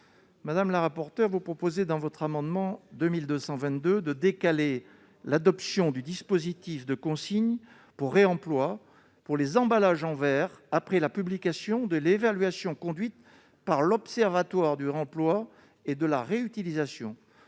Mme la rapporteure, tend à décaler l'adoption du dispositif de consigne pour réemploi pour les emballages en verre après la publication de l'évaluation conduite par l'observatoire du réemploi et de la réutilisation.